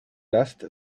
last